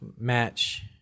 match